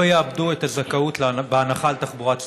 לא יאבדו את הזכאות להנחה על תחבורה ציבורית.